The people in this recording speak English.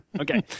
Okay